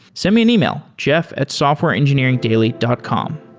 send me an email, jeff at softwareengineeringdaily dot com